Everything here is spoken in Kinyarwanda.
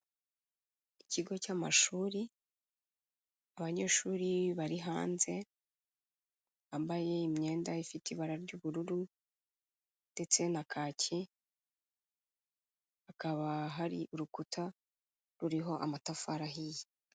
Ikigo cy'amashuri, abanyeshuri bari hanze, bambaye imyenda ifite ibara ry'ubururu ndetse na kaki, hakaba hari urukuta ruriho amatafari ahiye.